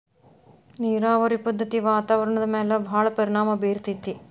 ನೇರಾವರಿ ಪದ್ದತಿ ವಾತಾವರಣದ ಮ್ಯಾಲ ಭಾಳ ಪರಿಣಾಮಾ ಬೇರತತಿ